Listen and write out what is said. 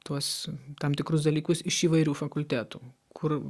tuos tam tikrus dalykus iš įvairių fakultetų kur